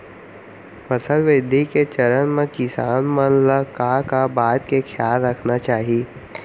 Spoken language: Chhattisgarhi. फसल वृद्धि के चरण म किसान मन ला का का बात के खयाल रखना चाही?